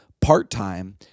part-time